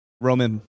Roman